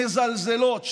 מזלזלות,